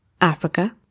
Africa